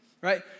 right